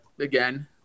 again